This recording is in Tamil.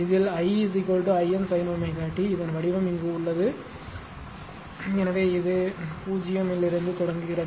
இதில் I I m sin ω t இதன் வடிவம் இங்கு உள்ளது எனவேஇது 0 இலிருந்து தொடங்குகிறது